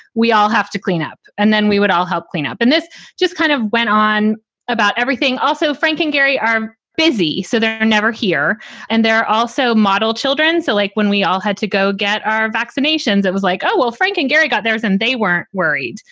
we all have to clean up and then we would all help clean up. and this just kind of went on about everything. also, frank and gary are busy, so they're never here and they're also model children. so like when we all had to go get our vaccinations, was like, oh, well, frank and gary got theirs and they weren't worried.